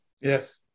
Yes